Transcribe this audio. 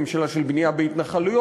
ממשלה של בנייה בהתנחלויות,